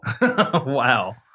Wow